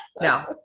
no